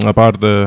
Aparte